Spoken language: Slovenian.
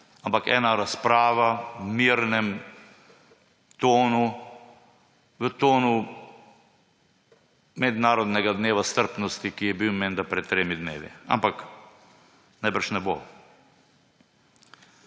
ampak ena razprava v mirnem tonu, v tonu mednarodnega dneva strpnosti, ki je bil menda pred tremi dnevi, ampak najbrž ne bo.